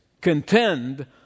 Contend